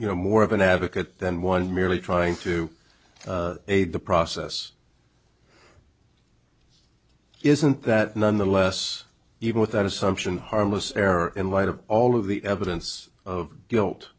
you know more of an advocate than one merely trying to aid the process isn't that none the less even with that assumption harmless error in light of all of the evidence of guilt